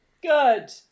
Good